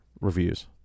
reviews